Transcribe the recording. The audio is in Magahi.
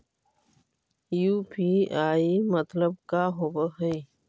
यु.पी.आई मतलब का होब हइ?